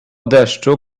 deszczu